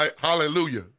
Hallelujah